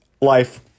life